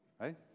right